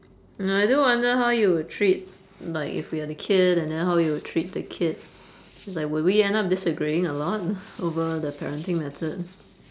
uh I do wonder how you would treat like if we had a kid and then how you would treat the kid it's like would we end up disagreeing a lot over the parenting method